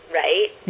right